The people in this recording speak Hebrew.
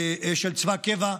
של צבא קבע,